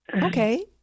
Okay